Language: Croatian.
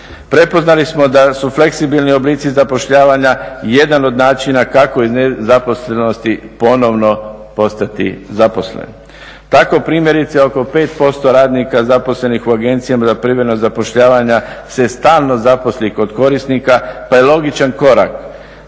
Prepoznali smo da su fleksibilni oblici zapošljavanja jedan od načina kako iz nezaposlenosti ponovno postati zaposlen. Tako primjerice oko 5% radnika zaposlenih u agencijama za privremeno zapošljavanje se stalno zaposli kod korisnika pa je logičan korak